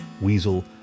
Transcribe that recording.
Weasel